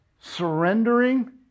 surrendering